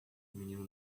menino